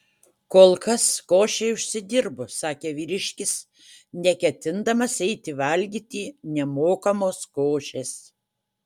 kol kas košei užsidirbu sakė vyriškis neketindamas eiti valgyti nemokamos košės